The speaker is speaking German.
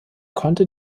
konnte